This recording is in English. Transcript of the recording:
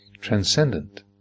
transcendent